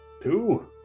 Two